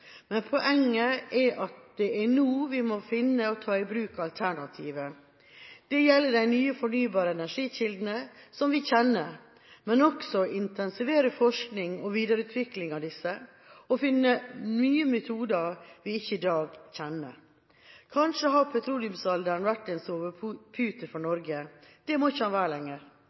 men også å intensivere forskning på og videreutvikling av disse og å finne nye metoder vi i dag ikke kjenner. Kanskje har petroleumsalderen vært en sovepute for Norge. Det må den ikke være lenger.